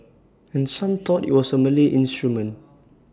and some thought IT was A Malay instrument